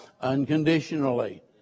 Unconditionally